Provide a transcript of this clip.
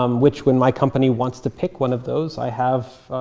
um which, when my company wants to pick one of those, i have,